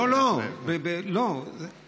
לא, לא, לא.